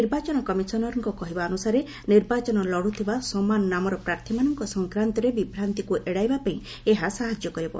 ନିର୍ବାଚନ କମଶନ୍ ର କହିବା ଅନୁସାରେ ନିର୍ବାଚନ ଲଢୁଥିବା ସମାନ ନାମର ପ୍ରାର୍ଥୀମାନଙ୍କ ସଂକ୍ରାନ୍ତରେ ବିଭ୍ରାନ୍ତିକୁ ଏଡ଼ାଇବାପାଇଁ ଏହା ସାହାଯ୍ୟ କରିବ